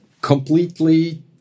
completely